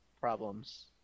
problems